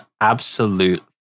absolute